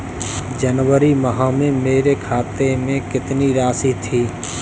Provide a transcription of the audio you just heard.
जनवरी माह में मेरे खाते में कितनी राशि थी?